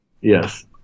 Yes